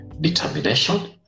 determination